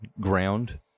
ground